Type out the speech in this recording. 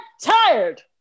tired